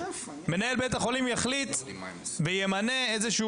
מנהל בית החולים יחליט וימנה איזה שהוא